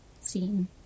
seen